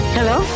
Hello